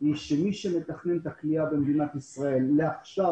היא שמי שמתכנן את הכליאה במדינת ישראל עכשיו